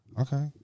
Okay